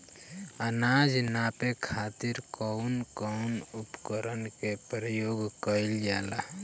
अनाज नापे खातीर कउन कउन उपकरण के प्रयोग कइल जाला?